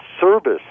service